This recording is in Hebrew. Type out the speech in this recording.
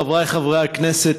חברי חברי הכנסת,